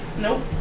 Nope